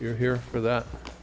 you're here for that